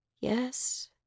Yes